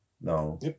No